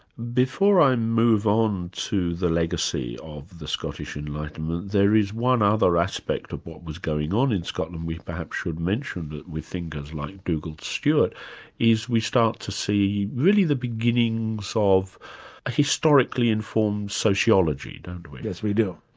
before i move on to the legacy of the scottish enlightenment, there is one other aspect of what was going on in scotland we perhaps should mention that with thinkers like dugald stewart is we start to see really the beginnings ah of a historically informed sociology, don't we? yes, we do.